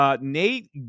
Nate